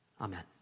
Amen